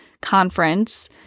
conference